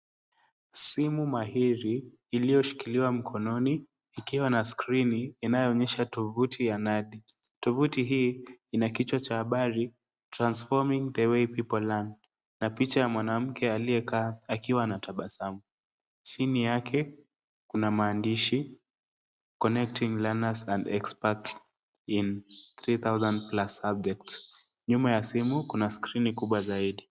Simu mahiri, iliyoshikiliwa mkononi, ikiwa na screen inayoonyesha tovuti ya nadi. Tovuti hii, ina kichwa cha habari, transforming the way people learn na picha ya mwanamke aliyekaa akiwa ana tabasamu. Chini yake, kuna maandishi, connecting learners and experts in 3000 plus subjects . Nyuma ya simu, kuna screen kubwa zaidi.